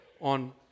on